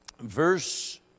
verse